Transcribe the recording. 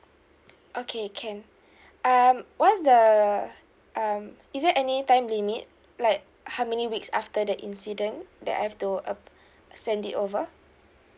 okay can um what's the um is there any time limit like how many weeks after the incident that I've to uh send it over